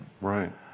Right